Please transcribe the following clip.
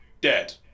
dead